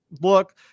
look